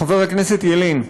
חבר הכנסת ילין.